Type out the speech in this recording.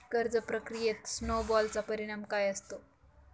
कर्ज प्रक्रियेत स्नो बॉलचा परिणाम काय असतो?